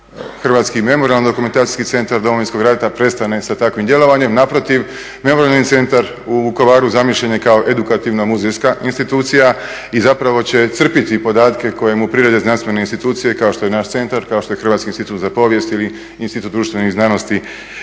Hrvatski memorijalni dokumentacijski centar Domovinskog rata prestane sa takvim djelovanjem. Naprotiv, Memorijalni centar u Vukovaru zamišljen je kao edukativna muzejska institucija i zapravo će crpiti podatke koje mu prirede znanstvene institucije kao što je naš centar, kao što je Hrvatski institut za povijest ili Institut društvenih znanosti